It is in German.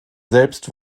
selbst